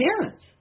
parents